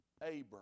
Abram